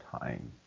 time